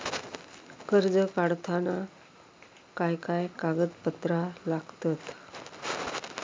कर्ज काढताना काय काय कागदपत्रा लागतत?